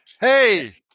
Hey